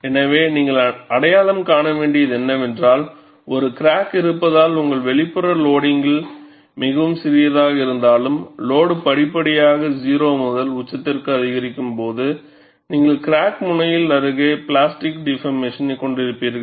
எனவே நீங்கள் அடையாளம் காண வேண்டியது என்னவென்றால் ஒரு கிராக் இருப்பதால் உங்கள் வெளிப்புற லோடிங்க் மிகவும் சிறியதாக இருந்தாலும் லோடு படிப்படியாக 0 முதல் உச்சத்திற்கு அதிகரிக்கும் போது நீங்கள் கிராக் முனையில் அருகே பிளாஸ்டிக் டிபார்மேசனை கொண்டிருப்பீர்கள்